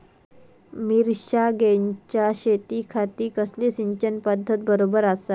मिर्षागेंच्या शेतीखाती कसली सिंचन पध्दत बरोबर आसा?